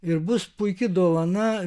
ir bus puiki dovana